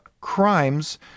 crimes